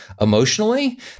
emotionally